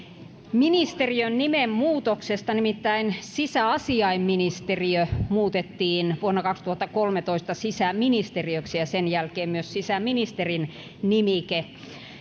ministeriön nimenmuutoksesta nimittäin sisäasiainministeriö muutettiin vuonna kaksituhattakolmetoista sisäministeriöksi ja sen jälkeen myös sisäministerin nimike